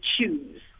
choose